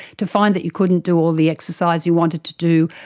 to find that you couldn't do all the exercise you wanted to do,